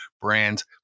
brands